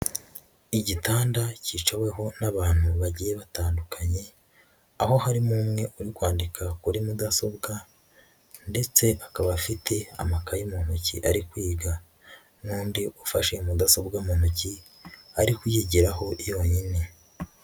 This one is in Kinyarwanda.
Igitanda cyicaweho n'abantu bagiye batandukanye, aho harimo umwe uri kwandika kuri mudasobwa ndetse akaba afite amakaye mu ntoki ari kwiga n'undi ufashe mudasobwa mu ntoki ari kuyigiraho yonyine.